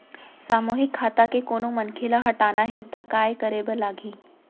सामूहिक खाता के कोनो मनखे ला हटाना हे ता काय करे बर लागही?